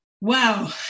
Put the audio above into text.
wow